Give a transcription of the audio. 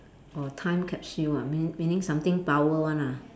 orh time capsule ah mean~ meaning something power one ah